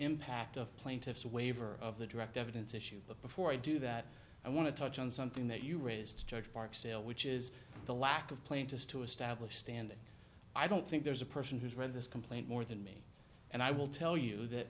impact of plaintiff's waiver of the direct evidence issue but before i do that i want to touch on something that you raised judge barksdale which is the lack of plaintiffs to establish standing i don't think there's a person who's read this complaint more than me and i will tell you that